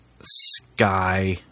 Sky